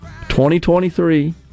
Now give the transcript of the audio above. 2023